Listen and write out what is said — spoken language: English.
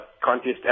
contest